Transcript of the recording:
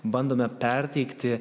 bandome perteikti